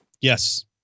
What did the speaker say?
Yes